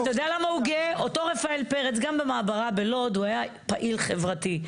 אותו רפאל פרץ גם במעברה בלוד הוא היה פעיל חברתי,